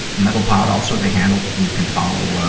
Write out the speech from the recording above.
mentalpod, also the handle you can follow, ah,